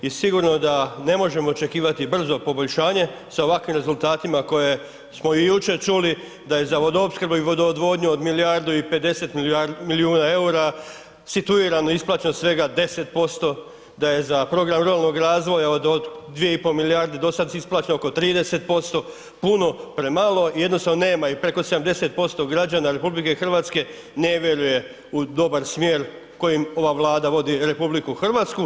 I sigurno da ne možemo očekivati brzo poboljšanje sa ovakvim rezultatima koje smo i jučer čuli da je za vodoopskrbu i vodoodvodnju od milijardu i 50 milijuna eura situirano, isplaćeno svega 10%, da je za program ruralnog razvoja od 2,5 milijarde do sada isplaćeno oko 30%, puno premalo i jednostavno nema i preko 70% građana RH ne vjeruje u dobar smjer kojim ova Vlada vodi RH.